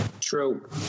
True